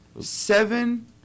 seven